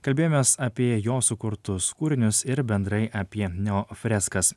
kalbėjomės apie jo sukurtus kūrinius ir bendrai apie neofreskas